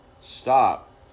stop